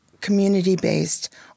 community-based